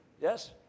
Yes